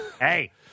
Hey